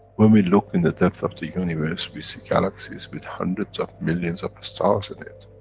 when we look in the depth of the universe, we see galaxies with hundreds of millions of stars in it.